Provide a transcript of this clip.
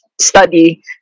study